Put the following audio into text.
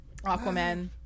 Aquaman